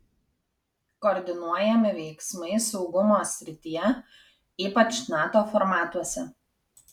koordinuojami veiksmai saugumo srityje ypač nato formatuose